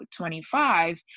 25